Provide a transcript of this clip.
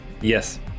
Yes